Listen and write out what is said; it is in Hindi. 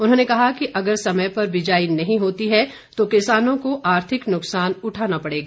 उन्होंने कहा कि अगर समय पर बिजाई नहीं होती है तो किसानों को आर्थिक नुकसान उठाना पड़ेगा